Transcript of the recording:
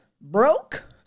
broke